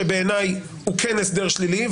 שבעיניי הוא כן הסדר שלילי.